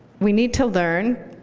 we need to learn,